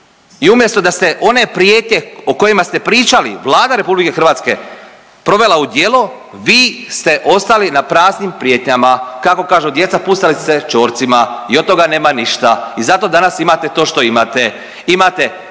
i umjesto da ste one prijetnje o kojima ste pričali, Vlada RH, provela u djelo, vi ste ostali na praznim prijetnjama, kako kažu djeca, pucali ste ćorcima i od toga nema ništa i zato danas imate to što imate. Imate